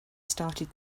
started